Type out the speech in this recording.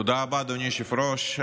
תודה רבה, אדוני היושב-ראש.